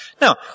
Now